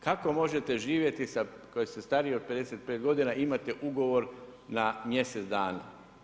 Kako možete živjeti koji ste stariji od 55 godina, imate ugovor na mjesec dana?